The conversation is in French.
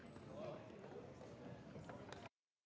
Merci